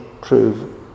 prove